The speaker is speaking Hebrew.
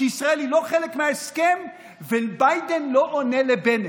שישראל היא לא חלק מההסכם וביידן לא עונה לבנט.